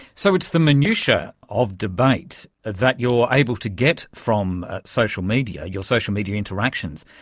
so it's the minutia of debate that you're able to get from social media, your social media interactions,